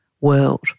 world